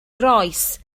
rois